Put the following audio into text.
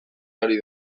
ari